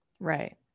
Right